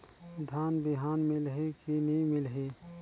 धान बिहान मिलही की नी मिलही?